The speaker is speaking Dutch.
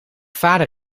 vader